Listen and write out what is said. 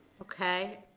okay